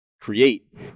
create